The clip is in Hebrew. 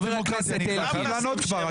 חבר הכנסת אלקין --- אני חייב לענות כבר.